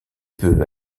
peu